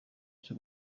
cyo